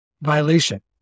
violation